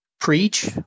preach